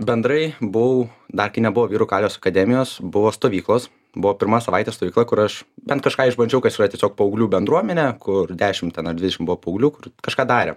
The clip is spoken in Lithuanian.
bendrai buvau dar kai nebuvo vyrų kalvės akademijos buvo stovyklos buvo pirma savaitė stovykla kur aš bent kažką išbandžiau kas yra tiesiog paauglių bendruomenė kur dešim ten ar dvidešim buvo paauglių kur kažką darė